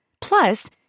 Plus